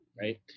right